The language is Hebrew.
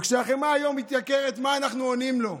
וכשהחמאה היום מתייקרת, מה אנחנו עונים לו?